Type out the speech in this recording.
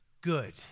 good